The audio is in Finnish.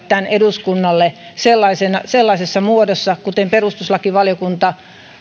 tämän eduskunnalle sellaisessa muodossa kuin perustuslakivaliokunta